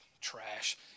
trash